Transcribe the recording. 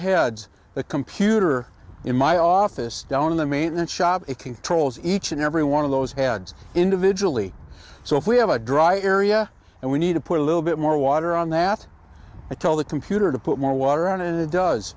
heads the computer in my office down in the main that shot it controls each and every one of those heads individually so if we have a dry area and we need to put a little bit more water on that i tell the computer to put more water on it it does